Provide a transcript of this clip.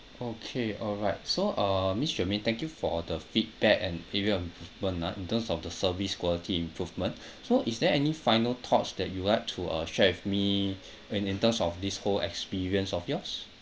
okay alright so uh miss jermaine thank you for the feedback and area of improvement ah in terms of the service quality improvement so is there any final thoughts that you'd like to uh share with me when in terms of this whole experience of yours